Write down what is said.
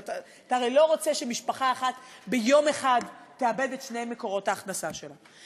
ואתה הרי לא רוצה שמשפחה אחת ביום אחד תאבד את שני מקורות ההכנסה שלה.